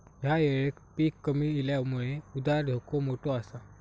ह्या येळेक पीक कमी इल्यामुळे उधार धोका मोठो आसा